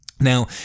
Now